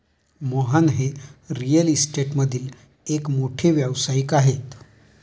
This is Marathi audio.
मोहन हे रिअल इस्टेटमधील एक मोठे व्यावसायिक आहेत